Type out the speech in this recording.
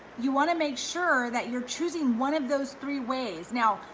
you wanna make sure that you're choosing one of those three ways. now,